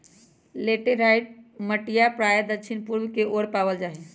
laterite मटिया प्रायः दक्षिण पूर्व के ओर पावल जाहई